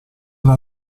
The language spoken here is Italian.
era